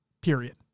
period